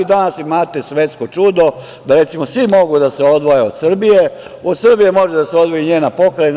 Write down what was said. Danas imate svetsko čudo da, recimo, svi mogu da se odvoje od Srbije, od Srbije može da se odvoji i njena pokrajina.